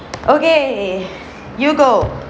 okay you go